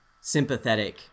sympathetic